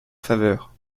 faveur